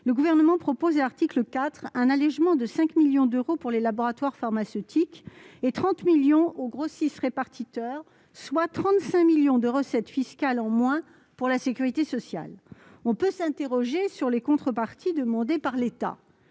le Gouvernement propose un allégement de 5 millions d'euros pour les laboratoires pharmaceutiques et de 30 millions pour les grossistes-répartiteurs. Cela représente 35 millions de recettes fiscales en moins pour la sécurité sociale. On peut s'interroger sur les contreparties demandées par l'État.